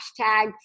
hashtag